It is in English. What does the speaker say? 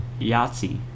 Yahtzee